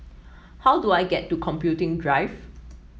how do I get to Computing Drive